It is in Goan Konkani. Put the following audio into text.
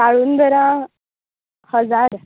काळूंदरां हजार